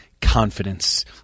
confidence